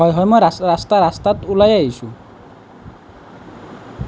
হয় হয় মই ৰাস্তা ৰাস্তা ৰাস্তাত ওলায়েই আহিছোঁ